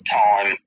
time